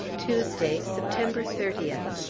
tuesday, september thirtieth.